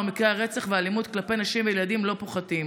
ומקרי הרצח והאלימות כלפי נשים וילדים לא פוחתים.